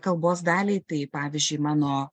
kalbos daliai tai pavyzdžiui mano